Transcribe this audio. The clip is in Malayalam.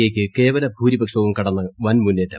എയ്ക്ക് കേവല ഭൂരിപക്ഷവും കടന്ന് വൻ മുന്നേറ്റം